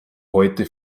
heute